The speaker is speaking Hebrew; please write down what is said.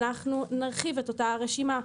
אנחנו נרחיב את אותה רשימה.